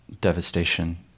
devastation